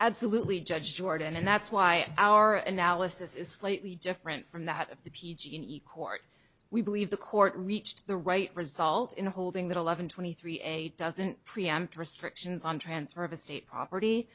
absolutely judge jordan and that's why our analysis is slightly different from that of the p g and e court we believe the court reached the right result in holding that eleven twenty three eight doesn't preempt restrictions on transfer of a state property